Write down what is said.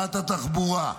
לשרת התחבורה,